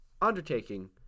undertaking